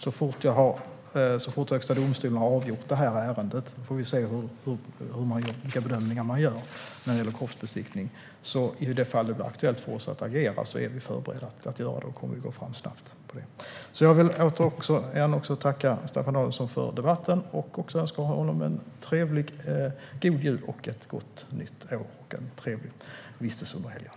Så fort Högsta domstolen har avgjort ärendet får vi se vilka bedömningar som görs när det gäller kroppsbesiktning. I det fall det blir aktuellt för regeringen att agera är vi förberedda att göra det, och då kommer vi att gå fram snabbt. Jag tackar Staffan Danielsson för debatten, och jag önskar honom en god jul, ett gott nytt år och en trevlig vistelse under helgen.